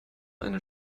eine